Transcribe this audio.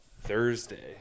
Thursday